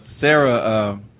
Sarah